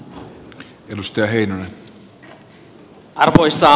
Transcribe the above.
arvoisa puhemies